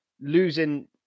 losing